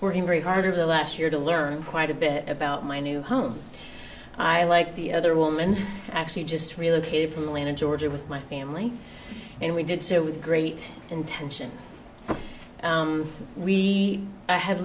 working very hard over the last year to learn quite a bit about my new home i like the other woman actually just relocated from atlanta georgia with my family and we did so with great intention we have